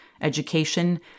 education